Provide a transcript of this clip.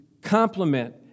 complement